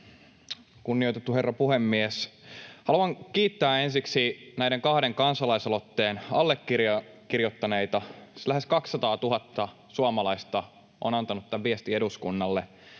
Kunnioitettu herra puhemies! Haluan kiittää ensiksi näiden kahden kansalaisaloitteen allekirjoittaneita — siis lähes 200 000 suomalaista on antanut tämän viestin eduskunnalle